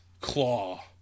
claw